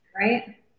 Right